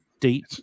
deep